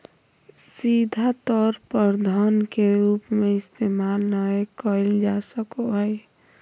सीधा तौर पर धन के रूप में इस्तेमाल नय कइल जा सको हइ